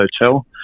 hotel